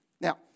Now